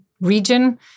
region